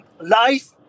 life